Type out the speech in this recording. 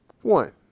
one